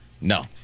No